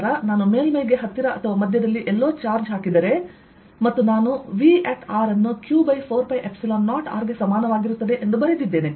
ನಂತರ ನಾನು ಮೇಲ್ಮೈಗೆ ಹತ್ತಿರ ಅಥವಾ ಮಧ್ಯದಲ್ಲಿ ಎಲ್ಲೋ ಚಾರ್ಜ್ ಹಾಕಿದರೆ ಮತ್ತು ನಾನು V ಅನ್ನುq4π0rಗೆ ಸಮಾನವಾಗಿರುತ್ತದೆ ಎಂದು ಬರೆದಿದ್ದೇನೆ